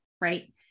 right